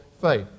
faith